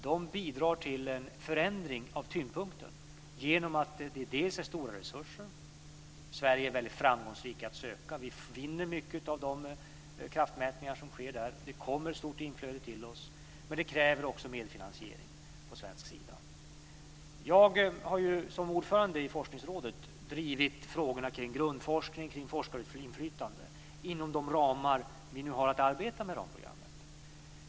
De bidrar till en förändring av tyngdpunkten genom att det är stora resurser. Sverige är väldigt framgångsrikt att söka, vi vinner mycket av de kraftmätningar som sker där. Det kommer ett stort inflöde till oss. Men det kräver också medfinansiering på svensk sida. Jag har som ordförande i Forskningsrådet drivit frågorna kring grundforskning och forskarinflytande inom de ramar vi har att arbeta med.